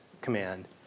command